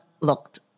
looked